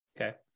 Okay